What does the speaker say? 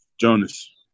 Jonas